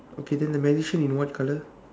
okay then the magician in what color